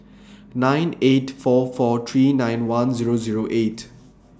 nine eight four four three nine one Zero Zero eight